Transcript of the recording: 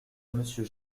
monsieur